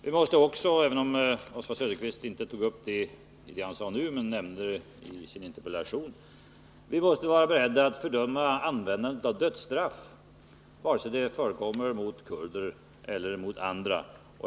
Vi måste också — Oswald Söderqvist tog inte upp den saken i sitt anförande nu, men han nämnde den i sin interpellation — vara beredda att fördöma användandet av dödsstraff, vare sig det gäller kurder eller andra.